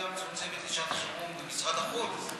החוליה המצומצמת לשעת חירום במשרד החוץ.